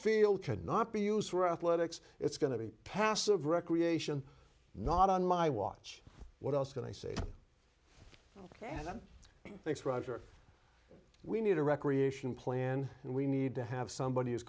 field cannot be used for athletics it's going to be passive recreation not on my watch what else can i say ok then thanks roger we need a recreation plan and we need to have somebody who's